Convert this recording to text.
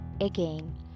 again